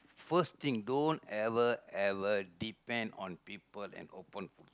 first thing don't ever ever depend on people and open food